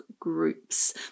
groups